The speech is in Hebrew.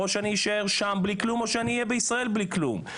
או שאני אשאר שם בלי כלום או שאני אהיה בישראל בלי כלום.